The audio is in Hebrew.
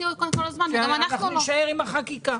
נישאר עם החקיקה.